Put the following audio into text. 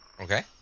Okay